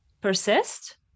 persist